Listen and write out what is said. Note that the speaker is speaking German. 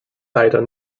leider